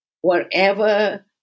wherever